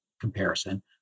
comparison